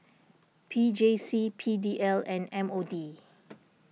P J C P D L and M O D